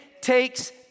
takes